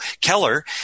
keller